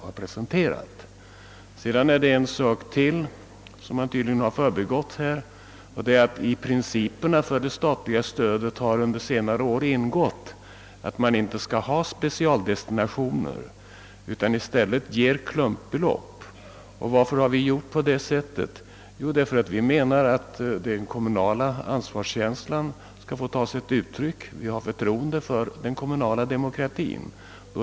Herr Eliasson har tydligen förbigått ett faktum, nämligen att under senare år har i principerna för statligt stöd till kommunerna ingått att man inte skall ge pengar med speciell destination utan i stället klumpbelopp. Varför har vi gjort på det sättet? Jo, vi anser att kommunerna skall få visa sin ansvarskänsla — vi har förtroende för den kommunala demokratien.